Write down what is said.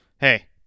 Hey